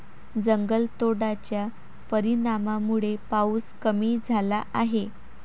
जंगलतोडाच्या परिणामामुळे पाऊस कमी झाला आहे